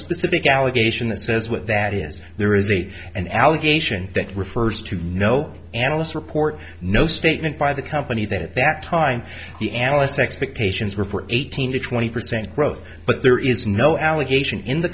specific allegation that says what that is there is a an allegation that refers to no analysts report no statement by the company that at that time the analysts expectations were for eighteen to twenty percent growth but there is no allegation in the